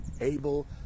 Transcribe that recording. able